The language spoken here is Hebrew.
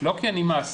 לא כי אני מעסיק.